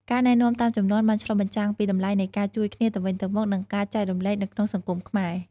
ការណែនាំតាមជំនាន់បានឆ្លុះបញ្ចាំងពីតម្លៃនៃការជួយគ្នាទៅវិញទៅមក និងការចែករំលែកនៅក្នុងសង្គមខ្មែរ។